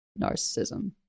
narcissism